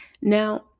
Now